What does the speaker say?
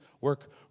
work